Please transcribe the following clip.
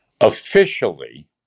officially